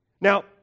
Now